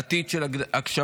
עתיד של הגשמה,